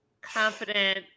confident